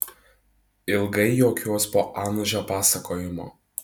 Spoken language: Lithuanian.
ilgai juokiuos po anužio pasakojimo